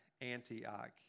Antioch